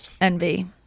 envy